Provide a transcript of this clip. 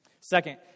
Second